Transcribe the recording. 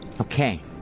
Okay